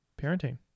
parenting